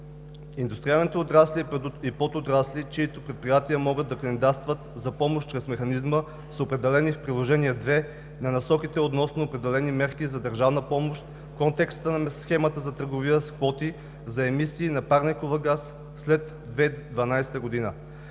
Индустриалните отрасли и подотрасли, чиито предприятия могат да кандидатстват за помощ чрез механизма са определени в Приложение II на Насоките относно определени мерки за държавна помощ в контекста на схемата за търговия с квоти за емисии на парников газ след 2012 г.